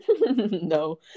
No